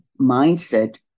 mindset